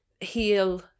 heal